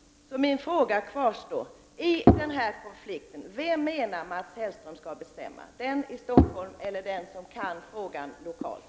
Min fråga kvarstår därför: Vem menar Mats Hellström skall bestämma i den här konflikten — den som sitter i Stockholm eller den som kan frågan lokalt?